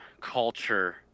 culture